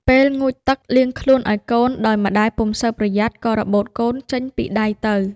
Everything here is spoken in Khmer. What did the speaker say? ពេលងូតទឹកលាងខ្លួនឱ្យកូន ដោយម្តាយពុំសូវប្រយ័ត្ន ក៏របូតកូនចេញពីដៃទៅ។